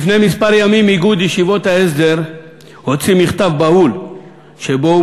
לפני כמה ימים איגוד ישיבות ההסדר הוציא מכתב בהול שבו הוא